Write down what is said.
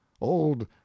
Old